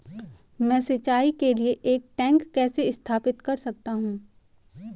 मैं सिंचाई के लिए एक टैंक कैसे स्थापित कर सकता हूँ?